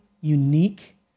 unique